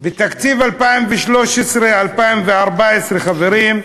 בתקציב 2013 2014, חברים,